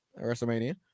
WrestleMania